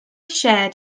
shared